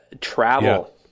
travel